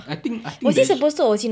I think I think they shou~